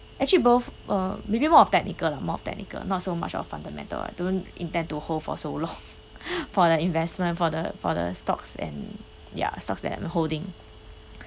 actually both uh maybe more of technical lah more of technical not so much of fundamental I don't intend to hold for so long for the investment for the for the stocks and ya stocks that I'm holding